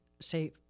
say